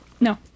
no